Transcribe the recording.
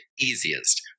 easiest